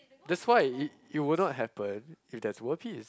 that's why it it will not happen if there's world peace